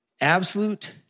Absolute